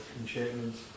enchantments